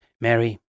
Mary